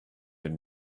been